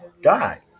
die